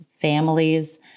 families